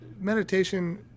meditation